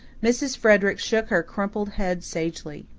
mrs. frederick shook her crimped head sagely.